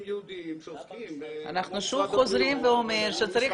ייעודיים שעוסקים --- אנחנו שוב אומרים וחוזרים שצריך